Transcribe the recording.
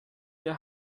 der